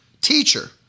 Teacher